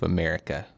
America